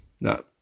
No